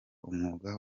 umwuga